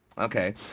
Okay